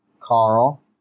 Carl